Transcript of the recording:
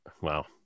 wow